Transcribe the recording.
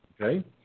okay